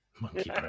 Monkey